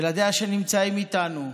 ילדיה שנמצאים איתנו,